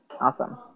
Awesome